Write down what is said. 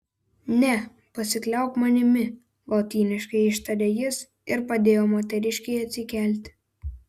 ne pasikliauk manimi lotyniškai ištarė jis ir padėjo moteriškei atsikelti